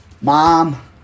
Mom